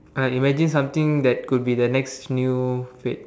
uh imagine something that could be the next new fad